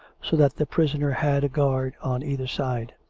so that the prisoner had a guard on either side.